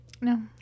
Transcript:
No